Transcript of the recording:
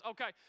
Okay